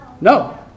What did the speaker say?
No